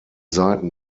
seiten